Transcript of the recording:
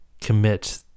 commit